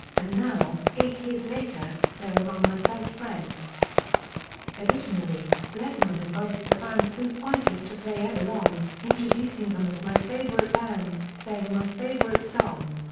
and now, eight years later, they're among my best friends additionally, letterman invited the band foo fighters to play everlong, introducing them as my favorite band, playing my favorite song.